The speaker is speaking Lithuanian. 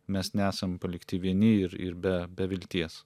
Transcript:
mes nesam palikti vieni ir ir be be vilties